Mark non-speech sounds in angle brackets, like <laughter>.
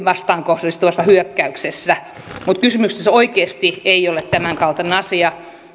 <unintelligible> vastaan kohdistuvassa hyökkäyksessä mutta kysymyksessä oikeasti ei ole tämänkaltainen asia